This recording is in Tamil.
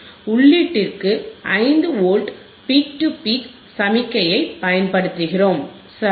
உள்ளீட்டிற்கு 5 வோல்ட் பீக் டு பீக் சமிக்ஞையை பயன்படுத்துகிறோம் சரி